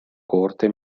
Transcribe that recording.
corte